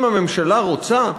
אם הממשלה רוצה,